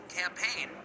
campaign